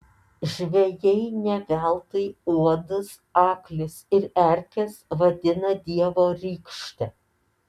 žvejai ne veltui uodus aklius ir erkes vadina dievo rykšte